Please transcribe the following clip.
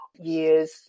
years